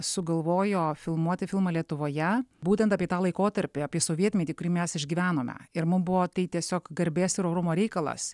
sugalvojo filmuoti filmą lietuvoje būtent apie tą laikotarpį apie sovietmetį kurį mes išgyvenome ir mum buvo tai tiesiog garbės ir orumo reikalas